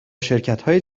شرکتهای